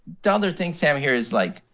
the other thing, sam, here is, like,